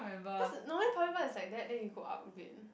cause normally public bus is like that then you go up a bit